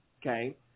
Okay